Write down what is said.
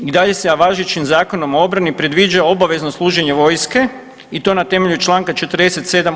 I dalje se važećim Zakonom o obrani predviđa obavezno služenje vojske i to na temelju Članka 47.